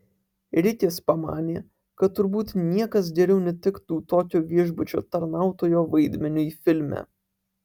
rikis pamanė kad turbūt niekas geriau netiktų tokio viešbučio tarnautojo vaidmeniui filme